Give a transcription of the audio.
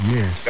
Yes